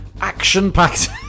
action-packed